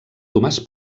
tomàs